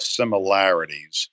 similarities